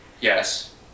yes